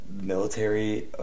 military